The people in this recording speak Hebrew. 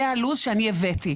זה הלו"ז שאני הבאתי.